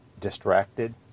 distracted